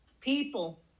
people